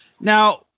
now